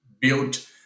built